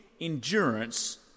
endurance